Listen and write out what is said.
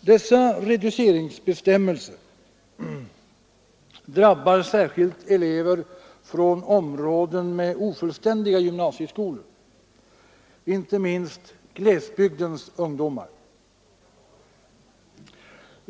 Dessa reduceringsbestämmelser drabbar särskilt elever från områden med ofullständiga gymnasieskolor, inte minst glesbygdens ungdomar.